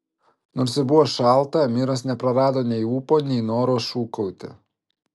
nors ir buvo šalta amiras neprarado nei ūpo nei noro šūkauti